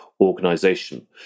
organization